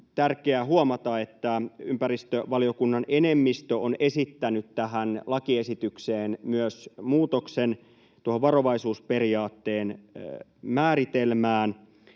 tärkeää huomata, että ympäristövaliokunnan enemmistö on esittänyt tähän lakiesitykseen muutoksen myös tuon varovaisuusperiaatteen määritelmään.